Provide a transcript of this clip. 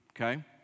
okay